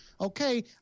Okay